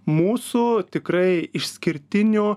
mūsų tikrai išskirtinių